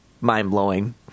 mind-blowing